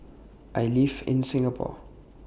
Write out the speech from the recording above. I live in Singapore